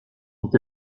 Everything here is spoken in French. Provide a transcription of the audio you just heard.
ont